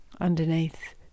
Underneath